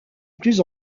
plus